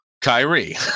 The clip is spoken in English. Kyrie